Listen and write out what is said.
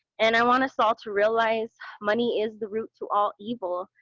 and i want us all to realize, money is the root to all evil,